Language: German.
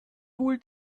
wohl